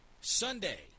Sunday